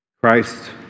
Christ